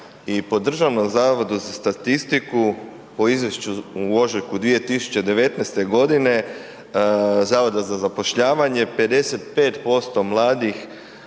I po Državnom zavodu za statistiku, po izvješću u ožujku 2019. godine Zavoda za zapošljavanje 55% mladih